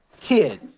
kid